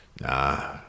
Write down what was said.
Nah